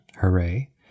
Hooray